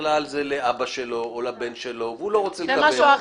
שבכלל זה לאבא שלו או לבן שלו והוא לא רוצה לקבל.